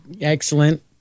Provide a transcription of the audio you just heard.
Excellent